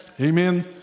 Amen